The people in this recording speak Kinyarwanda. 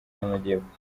y’amajyepfo